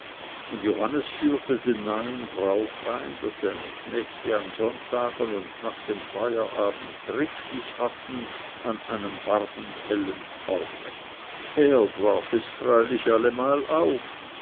und johannes führte den neuen brauch ein daß seine knechte an sonntagen und nach dem feierabend triftig hatten an einem warmen hellen orte herd warf es freilich allemal auf